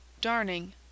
darning